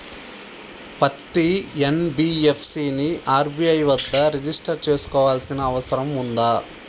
పత్తి ఎన్.బి.ఎఫ్.సి ని ఆర్.బి.ఐ వద్ద రిజిష్టర్ చేసుకోవాల్సిన అవసరం ఉందా?